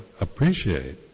appreciate